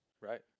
Right